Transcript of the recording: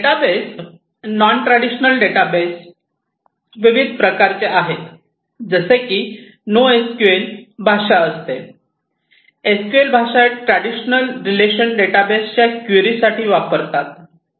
database non traditional database विविध प्रकारचे आहे जसे की नोएसक्यूएल भाषा असते एस क्यू एल भाषा ट्रॅडिशनल रिलेशनल डेटाबेसच्या क्वेरी साठी वापरतात